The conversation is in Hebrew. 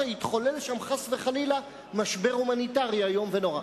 יתחולל שם חס וחלילה משבר הומניטרי איום ונורא.